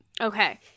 Okay